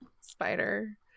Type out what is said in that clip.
Spider